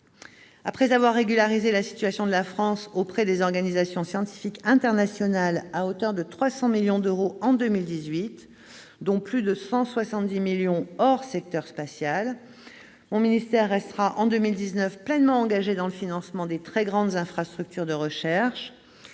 Après avoir régularisé la situation de la France auprès des organisations scientifiques internationales à hauteur de 300 millions d'euros en 2018, dont plus de 170 millions d'euros hors secteur spatial, mon ministère restera, en 2019, pleinement engagé dans le financement des très grandes infrastructures de recherche,